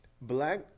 Black